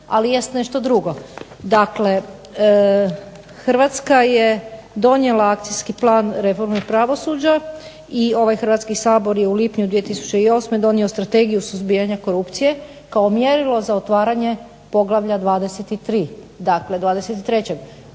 ali jest nešto drugo. Dakle, Hrvatska je donijela Akcijski plan reforme pravosuđa i ovaj Hrvatski sabor je u lipnju 2008. donio Strategiju suzbijanja korupcije kao mjerilo za otvaranje poglavlja 23 -